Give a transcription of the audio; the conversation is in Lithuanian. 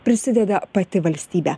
prisideda pati valstybė